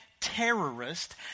terrorist